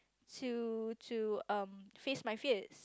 to to um face my fears